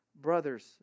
brothers